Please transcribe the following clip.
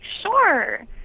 Sure